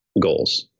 goals